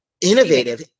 Innovative